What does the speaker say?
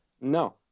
No